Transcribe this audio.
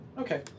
Okay